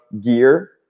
gear